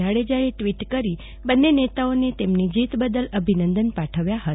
જાડેજાએ ટવીટ કરી બન્ને નેતાઓને તેમની જીત બદલ અભિનંદન પાઠવ્યા હતા